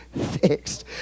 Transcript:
fixed